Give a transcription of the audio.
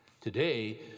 Today